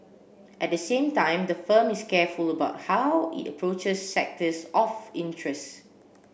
at the same time the firm is careful about how it approaches sectors of interest